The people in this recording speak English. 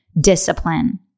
discipline